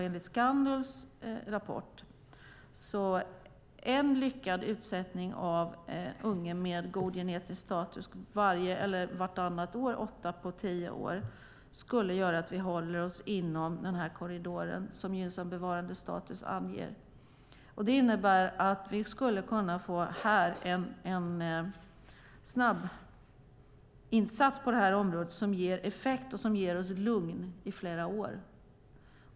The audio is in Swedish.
Enligt Skandulvs rapport skulle en lyckad utsättning av unge med god genetisk status varje eller vartannat år, åtta på tio år, göra att vi håller oss inom korridoren som anges för gynnsam bevarandestatus. Det innebär att vi skulle kunna få en snabbinsats på det här området som ger effekt och som ger oss ett lugn i flera år.